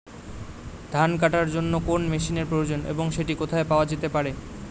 ধান কাটার জন্য কোন মেশিনের প্রয়োজন এবং সেটি কোথায় পাওয়া যেতে পারে?